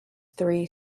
three